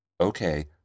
Okay